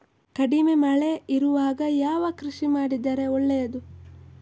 ಕಡಿಮೆ ಮಳೆ ಇರುವಾಗ ಯಾವ ಕೃಷಿ ಮಾಡಿದರೆ ಒಳ್ಳೆಯದು?